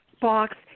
box